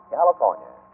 California